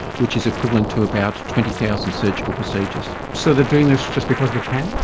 which is equivalent to about twenty thousand surgical procedures. so they're doing this just because they can?